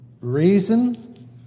reason